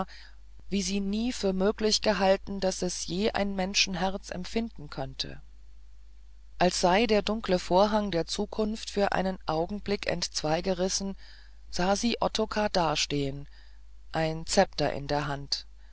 wie sie nie für möglich gehalten daß es je ein menschenherz empfinden könnte als sei der dunkle vorhang der zukunft für einen augenblick entzweigerissen sah sie ottokar dastehen ein zepter in der hand